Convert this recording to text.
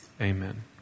amen